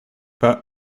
but